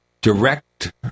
direct